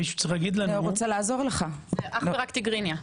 זה רק תיגריניה.